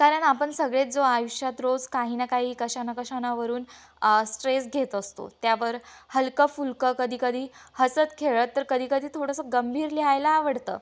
कारण आपण सगळे जो आयुष्यात रोज काही ना काही कशान कशानावरून स्ट्रेस घेत असतो त्यावर हलकफुलकं कधी कधी हसत खेळत तर कधी कधी थोडंसं गंभीर लिहायला आवडतं